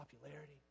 Popularity